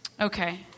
Okay